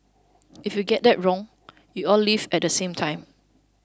if you get that wrong they all leave at the same time